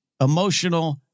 emotional